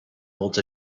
holds